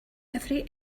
every